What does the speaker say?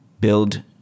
build